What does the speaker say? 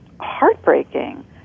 heartbreaking